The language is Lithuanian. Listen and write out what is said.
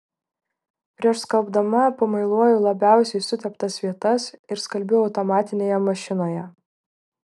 prieš skalbdama pamuiluoju labiausiai suteptas vietas ir skalbiu automatinėje mašinoje